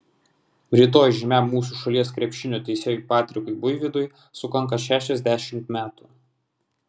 rytoj žymiam mūsų šalies krepšinio teisėjui patrikui buivydui sukanka šešiasdešimt metų